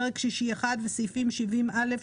פרק שישי 1 וסעיפים 70א,